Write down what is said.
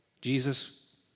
Jesus